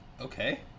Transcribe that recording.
Okay